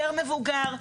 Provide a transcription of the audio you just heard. פר מבוגר,